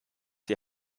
die